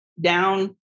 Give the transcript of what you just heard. down